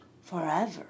forever